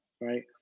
Right